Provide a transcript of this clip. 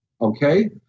Okay